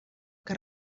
que